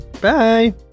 Bye